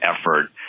effort